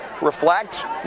reflect